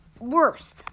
Worst